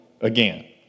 again